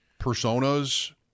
personas